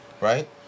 right